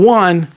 one